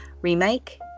remake